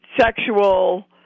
sexual